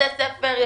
בתי ספר.